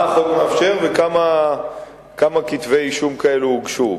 מה החוק מאפשר וכמה כתבי אישום כאלה הוגשו?